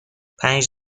پنج